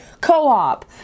co-op